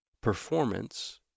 performance